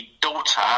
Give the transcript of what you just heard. daughter